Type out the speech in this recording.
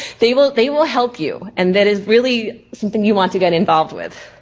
they will they will help you and that is really something you want to get involved with.